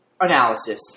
analysis